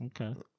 Okay